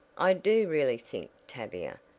i do really think, tavia,